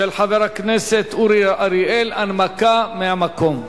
של חבר הכנסת אורי אריאל, הנמקה מהמקום.